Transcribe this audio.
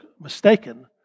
mistaken